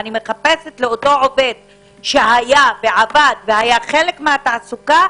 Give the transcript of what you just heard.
אני מחפשת לאותו עובד שהיה חלק מהתעסוקה,